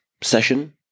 session